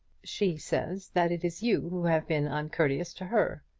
she says that it is you who have been uncourteous to her.